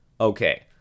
Okay